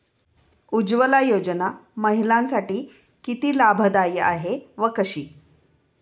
उज्ज्वला योजना महिलांसाठी किती लाभदायी आहे व कशी?